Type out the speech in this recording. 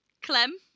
Clem